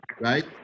right